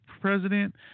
president